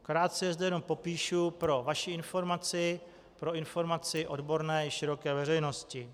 Krátce je zde jenom popíšu pro vaši informaci, pro informaci odborné i široké veřejnosti.